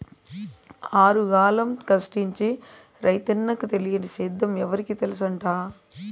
ఆరుగాలం కష్టించి రైతన్నకి తెలియని సేద్యం ఎవరికి తెల్సంట